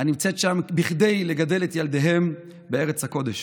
הנמצאת שם, כדי לגדל את ילדיהם בארץ הקודש.